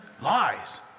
lies